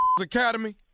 Academy